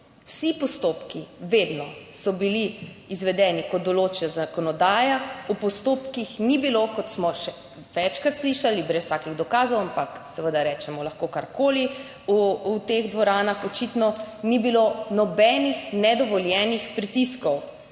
Vsi postopki, vedno so bili izvedeni kot določa zakonodaja. V postopkih ni bilo, kot smo še večkrat slišali, brez vsakih dokazov, ampak seveda rečemo lahko karkoli v teh dvoranah očitno ni bilo nobenih nedovoljenih pritiskov.